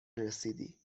رسیدی